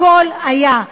הכול היה.